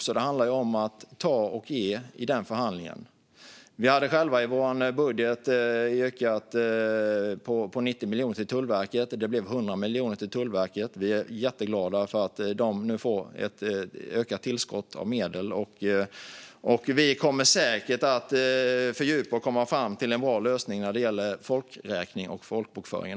Då måste man ge och ta i förhandlingen. Vi hade i vår egen budget yrkat på 90 miljoner till Tullverket, och det blev 100 miljoner till Tullverket. Vi är jätteglada över att de nu får ett ökat tillskott av medel. Vi kommer säkert att fördjupa och komma fram till en bra lösning också när det gäller folkräkning och folkbokföringen.